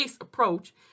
approach